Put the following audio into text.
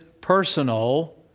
personal